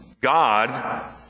God